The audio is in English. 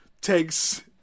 takes